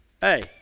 Hey